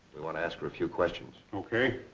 we want to ask her a few questions. okay.